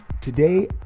today